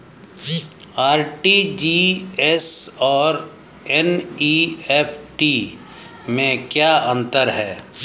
RTGS और NEFT में क्या अंतर है?